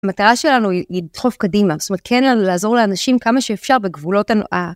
המטרה שלנו היא לדחוף קדימה, זאת אומרת כן לעזור לאנשים כמה שאפשר בגבולות ה...